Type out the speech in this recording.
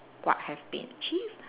what have been achieved